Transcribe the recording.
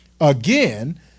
Again